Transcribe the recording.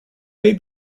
may